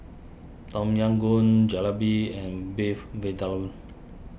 Tom Yam Goong Jalebi and Beef Vindaloo